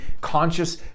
conscious